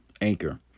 Anchor